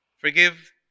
Forgive